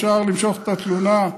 אפשר למשוך את התלונה,